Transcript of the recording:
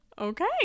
Okay